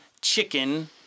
chicken